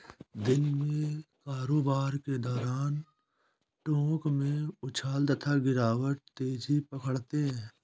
दिन में कारोबार के दौरान टोंक में उछाल तथा गिरावट तेजी पकड़ते हैं